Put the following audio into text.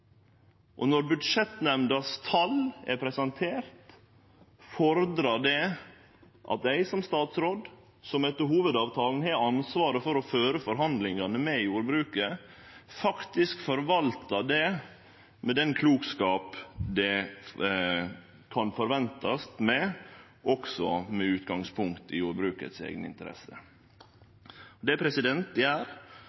Når Budsjettnemndas tal er presenterte, fordrar det at eg som statsråd, som etter hovudavtalen har ansvaret for å føre forhandlingane med jordbruket, faktisk forvaltar det med den klokskapen det kan forventast, også med utgangspunkt i jordbruket sine eigne interesser.